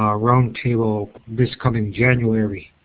ah roundtable this coming january